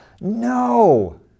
No